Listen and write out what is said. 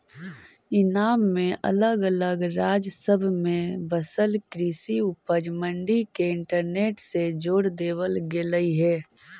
ईनाम में अलग अलग राज्य सब में बसल कृषि उपज मंडी के इंटरनेट से जोड़ देबल गेलई हे